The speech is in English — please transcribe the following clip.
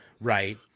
Right